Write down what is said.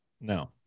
No